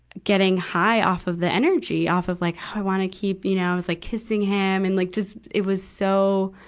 getting high off of the energy, off of like, i wanna keep, you know, it's like kissing him and like just, it was so,